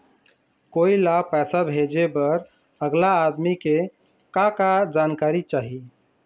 कोई ला पैसा भेजे बर अगला आदमी के का का जानकारी चाही?